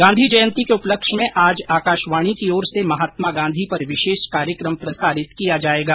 गांधी जयन्ती के उपलक्ष्य में आज आकाशवाणी की ओर से महात्मा गांधी पर विशेष कार्यक्रम प्रसारित किया जाएगा